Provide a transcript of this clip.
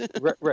Right